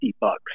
bucks